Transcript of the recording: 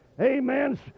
amen